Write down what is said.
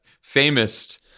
Famous